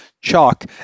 chalk